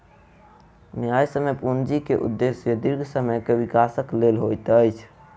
न्यायसम्य पूंजी के उदेश्य दीर्घ समय के विकासक लेल होइत अछि